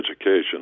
education